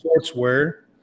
sportswear